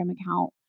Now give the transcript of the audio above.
account